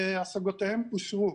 השגותיהם אושרו.